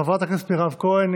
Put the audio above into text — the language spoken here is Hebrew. חברת הכנסת מירב כהן,